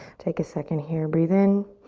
take a second here. breathe in.